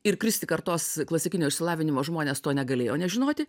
ir kristi kartos klasikinio išsilavinimo žmonės to negalėjo nežinoti